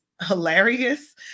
hilarious